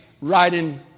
riding